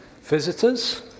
visitors